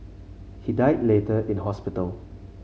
he died later in hospital